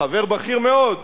חבר בכיר מאוד,